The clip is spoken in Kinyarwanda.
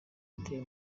itel